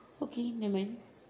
okay nevermind